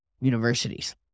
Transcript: universities